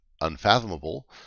Unfathomable